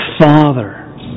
Father